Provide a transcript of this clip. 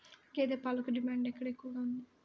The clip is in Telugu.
గేదె పాలకు డిమాండ్ ఎక్కడ ఎక్కువగా ఉంది?